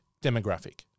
demographic